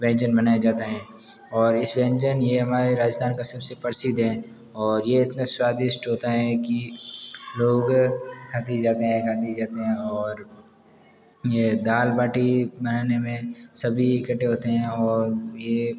व्यंजन बनाया जाता है और इस व्यंजन यह हमारे राजस्थान का सबसे प्रसिद्ध है और यह इतना स्वादिष्ट होता है कि लोग खाते ही जाते है खाते ही जाते हैं और यह दाल बाटी बनाने में सभी इकट्ठे होते हैं और यह